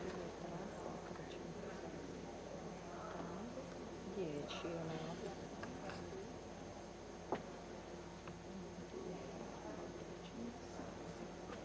e